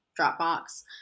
Dropbox